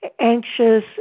anxious